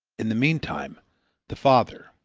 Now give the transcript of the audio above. in the meantime the father,